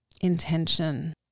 intention